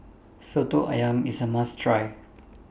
Soto Ayam IS A must Try